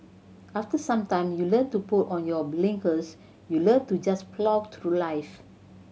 after some time you learn to put on your blinkers you learn to just plough through life